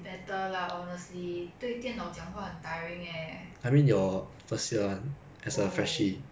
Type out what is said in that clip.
me as a freshie ah it was very fun lah but also very tiring 因为 like 每次晚上没有睡觉 so